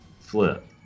flip